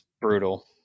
brutal